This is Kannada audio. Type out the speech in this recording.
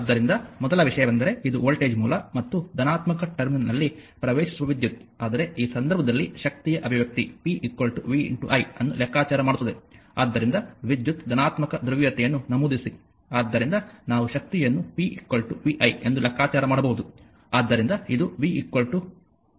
ಆದ್ದರಿಂದ ಮೊದಲ ವಿಷಯವೆಂದರೆ ಇದು ವೋಲ್ಟೇಜ್ ಮೂಲ ಮತ್ತು ಧನಾತ್ಮಕ ಟರ್ಮಿನಲ್ನಲ್ಲಿ ಪ್ರವೇಶಿಸುವ ವಿದ್ಯುತ್ ಆದರೆ ಈ ಸಂದರ್ಭದಲ್ಲಿ ಶಕ್ತಿಯ ಅಭಿವ್ಯಕ್ತಿ p v i ಅನ್ನು ಲೆಕ್ಕಾಚಾರ ಮಾಡುತ್ತದೆ ಆದ್ದರಿಂದ ವಿದ್ಯುತ್ ಧನಾತ್ಮಕ ಧ್ರುವೀಯತೆಯನ್ನು ನಮೂದಿಸಿ ಆದ್ದರಿಂದ ನಾವು ಶಕ್ತಿಯನ್ನು p vi ಎಂದು ಲೆಕ್ಕಾಚಾರ ಮಾಡಬಹುದು